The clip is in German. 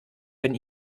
wenn